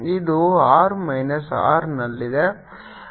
ಇದು r minus R ನಲ್ಲಿದೆ